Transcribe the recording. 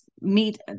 meet